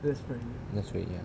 that's very young